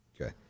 Okay